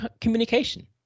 communication